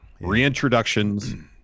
reintroductions